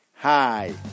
Hi